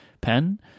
pen